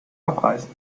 abreißen